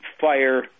fire